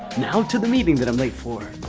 now to the meeting that i'm late for.